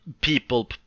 people